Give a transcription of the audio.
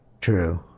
True